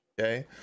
okay